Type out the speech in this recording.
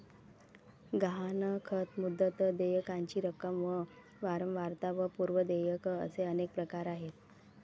गहाणखत, मुदत, देयकाची रक्कम व वारंवारता व पूर्व देयक असे अनेक प्रकार आहेत